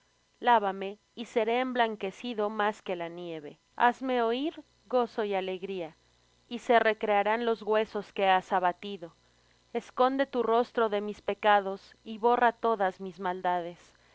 lávame y seré emblanquecido más que la nieve hazme oir gozo y alegría y se recrearán los huesos que has abatido esconde tu rostro de mis pecados y borra todas mis maldades